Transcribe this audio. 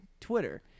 twitter